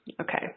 Okay